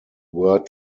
were